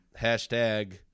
hashtag